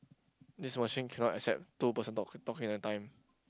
this machine cannot accept two person talk talking at a time